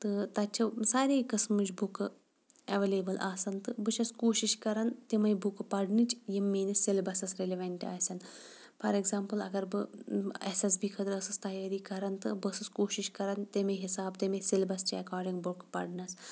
تہٕ تَتہِ چھِ سارے قٕسمٕچ بُکہٕ ایٚولیبٕل آسان تہٕ بہٕ چھٮ۪س کوٗشِش کَران تِمَے بُکہٕ پَرنٕچ یِم میٛٲنِس سیلبَسَس رِلِوینٛٹ آسن فار ایٚکزامپٕل اگر بہٕ ایس ایس بی خٲطرٕ ٲسٕس تیٲری کَران تہٕ بہٕ ٲسٕس کوٗشِش کَران تَمے حِساب تَمے سیٚلِبَس چہِ ایٚکاڈِنٛگ بُکہٕ پَرنَس